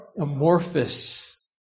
amorphous